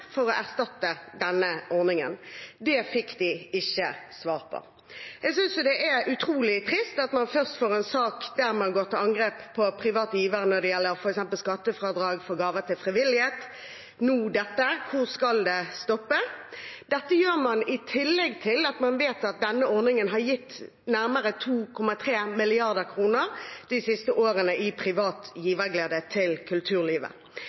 for å erstatte denne ordningen. Det fikk de ikke svar på. Jeg synes det er utrolig trist at man først får en sak der man går til angrep på private givere, f.eks. når det gjelder skattefradrag for gaver til frivillige, og nå dette – nå skal det stoppes. Dette gjør man samtidig som man vet at denne ordningen de siste årene har gitt nærmere 2,3 mrd. kr til kulturlivet, ved privat